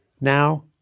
Now